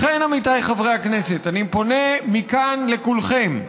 לכן, עמיתיי חברי הכנסת, אני פונה מכאן לכולכם,